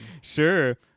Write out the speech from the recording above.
Sure